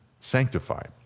sanctified